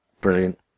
brilliant